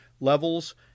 levels